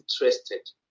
interested